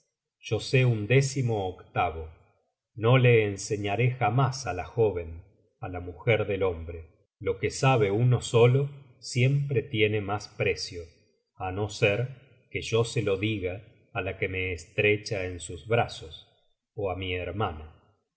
yo sé un décimooctavo no le enseñaré jamás á la jó ven á la mujer del hombre lo que sabe uno solo tiene siempre mas precio ét no ser que yo se lo diga á la que me estrecha en sus brazos ó á mi hermana